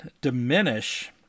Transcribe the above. diminish